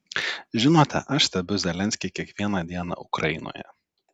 žinote aš stebiu zelenskį kiekvieną dieną ukrainoje